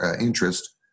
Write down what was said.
interest